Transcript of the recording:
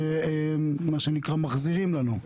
שמה שנקרא "מחזירים לנו",